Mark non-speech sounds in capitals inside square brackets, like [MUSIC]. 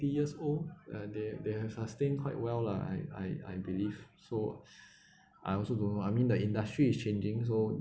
years old uh they they have sustained quite well lah I I I believe so [BREATH] I also don't know I mean the industry is changing so